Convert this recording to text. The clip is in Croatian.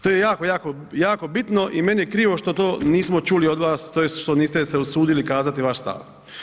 To je jako, jako bitno i meni je krivo što to nismo čuli od vas tj. što se niste usudili kazati vaš stav.